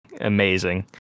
amazing